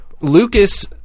Lucas